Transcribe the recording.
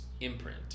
imprint